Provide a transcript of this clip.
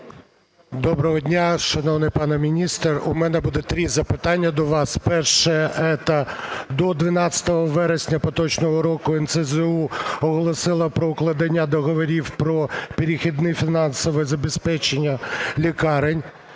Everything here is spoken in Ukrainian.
Доброго дня, шановний пане міністр. У мене буде три запитання до вас. Перше. До 12 вересня поточного року НСЗУ оголосила про укладення договорів про перехідне фінансове забезпечення лікарень.